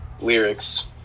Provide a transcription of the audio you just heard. lyrics